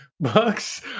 books